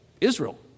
Israel